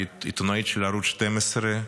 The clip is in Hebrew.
העיתונאית של ערוץ 12,